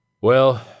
Well